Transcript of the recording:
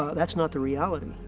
that's not the reality.